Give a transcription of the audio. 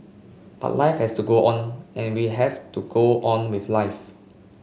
but life has to go on and we have to go on with life